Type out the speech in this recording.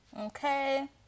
okay